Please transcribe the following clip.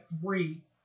three